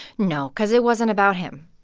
no, cause it wasn't about him.